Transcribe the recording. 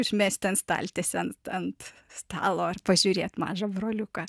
užmest ten staltiesę ant ant stalo ir pažiūrėt mažą broliuką